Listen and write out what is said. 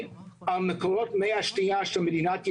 על מקורות מי השתייה של מדינת ישראל,